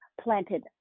planted